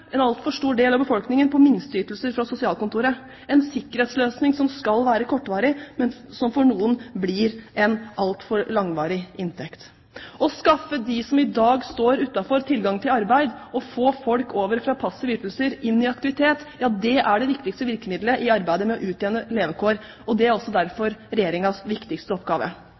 stor del av befolkningen på minsteytelser fra sosialkontoret – en sikkerhetsløsning som skal være kortvarig, men som for noen blir en altfor langvarig inntekt. Det å skaffe dem som i dag står utenfor, tilgang til arbeid, det å få folk over fra passive ytelser og inn i aktivitet er det viktigste virkemiddelet i arbeidet med å utjevne levekår, og det er også derfor Regjeringens viktigste oppgave.